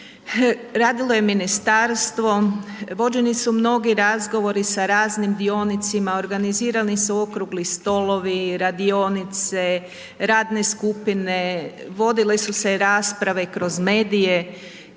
Radilo je ministarstvo, vođeni su mnogi razgovori sa raznim dionicima, organizirani su okrugli stolovi, radionice, radne skupine, vodile su se i rasprave kroz medije